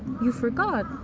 you forgot?